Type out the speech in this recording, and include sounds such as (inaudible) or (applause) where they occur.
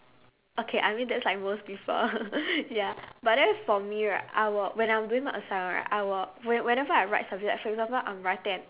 okay I mean that's like most people (laughs) ya but then for me right I will when I'm doing my assignment right I will when whenever I write something for example I'm writing an